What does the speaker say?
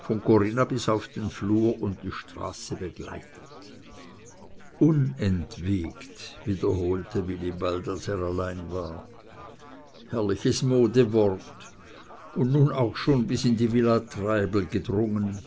von corinna bis auf den flur und die straße begleitet unentwegt wiederholte wilibald als er allein war herrliches modewort und nun auch schon bis in die villa treibel gedrungen